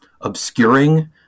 obscuring